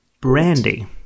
brandy